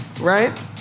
right